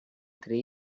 three